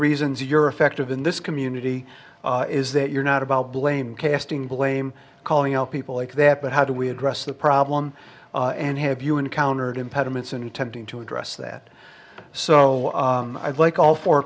reasons you're effective in this community is that you're not about blame casting blame calling out people like that but how do we address the problem and have you encountered impediments in attempting to address that so i'd like all four